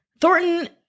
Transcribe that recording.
Thornton